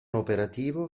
operativo